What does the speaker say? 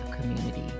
community